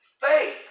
faith